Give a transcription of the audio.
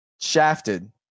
shafted